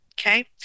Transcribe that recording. okay